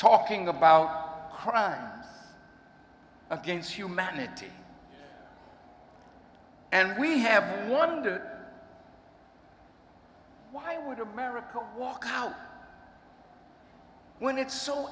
talking about crimes against humanity and we have to wonder why would america walk out when it's so